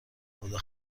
خدا